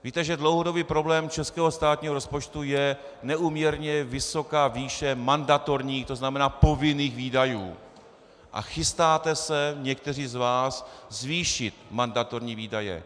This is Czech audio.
Víte, že dlouhodobý problém českého státního rozpočtu je neúměrně vysoká výše mandatorních, to znamená povinných výdajů, a chystáte se někteří z vás zvýšit mandatorní výdaje.